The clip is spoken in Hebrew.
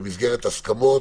במסגרת הסכמות